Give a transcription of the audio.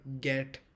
get